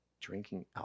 drinking